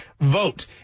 vote